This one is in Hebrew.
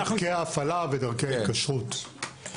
דרכי ההפעלה ודרכי ההתקשרות.